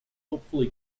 hopefully